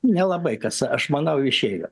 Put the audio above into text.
nelabai kas aš manau išėjo